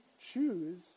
choose